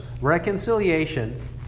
reconciliation